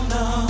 no